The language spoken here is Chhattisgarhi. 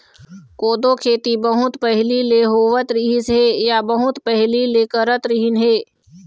कोदो खेती बहुत पहिली ले होवत रिहिस हे या बहुत पहिली ले करत रिहिन हे